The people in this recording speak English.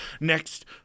next